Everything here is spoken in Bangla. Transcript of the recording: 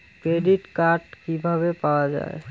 ক্রেডিট কার্ড কিভাবে পাওয়া য়ায়?